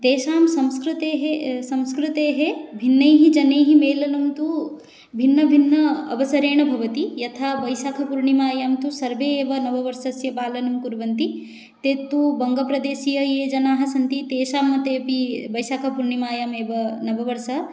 तेषां संस्कृतेः संस्कृतेः भिन्नैः जनैः मेलनं तु भिन्नभिन्न अवसरेण भवति यथा वैशाखपूर्णिमायां तु सर्वे एव नववर्षस्य पालनं कुर्वन्ति ते तु बङ्गप्रदेशीयाः ये जनाः सन्ति तेषां मते अपि वैशाखपूर्णिमायामेव नववर्षम्